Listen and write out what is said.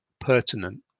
pertinent